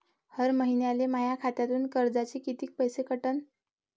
हर महिन्याले माह्या खात्यातून कर्जाचे कितीक पैसे कटन?